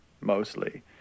mostly